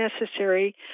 necessary